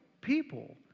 people